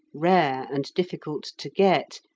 rare and difficult to get,